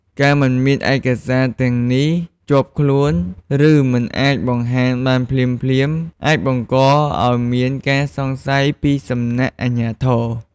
ការមិនមានឯកសារទាំងនេះជាប់ខ្លួន ឬមិនអាចបង្ហាញបានភ្លាមៗអាចបង្កឱ្យមានការសង្ស័យពីសំណាក់អាជ្ញាធរ។